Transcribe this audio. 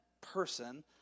person